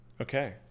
Okay